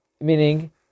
meaning